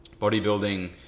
bodybuilding